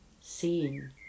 seeing